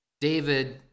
David